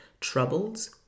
Troubles